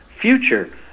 future